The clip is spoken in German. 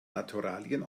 naturalien